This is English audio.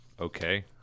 okay